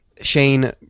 Shane